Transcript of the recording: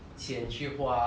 or like